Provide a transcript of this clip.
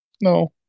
No